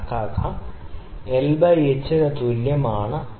നമുക്ക് കണക്കാക്കാൻ കഴിയുന്നത് l ബൈ h ന് തുല്യമാണ്